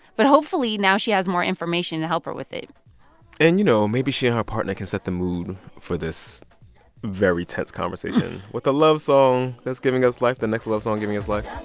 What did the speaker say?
but hopefully now she has more information to help her with it and, you know, maybe she and her partner can set the mood for this very tense conversation with a love song that's giving us life the next love song giving us life